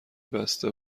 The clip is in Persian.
بسته